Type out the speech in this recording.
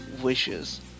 wishes